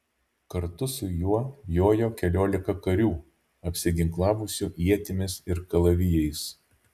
kartu su juo jojo keliolika karių apsiginklavusių ietimis ir kalavijais